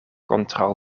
kontraŭ